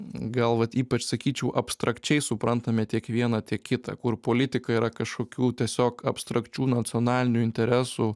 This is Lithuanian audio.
gal vat ypač sakyčiau abstrakčiai suprantame tiek vieną tiek kitą kur politika yra kažkokių tiesiog abstrakčių nacionalinių interesų